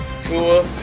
Tua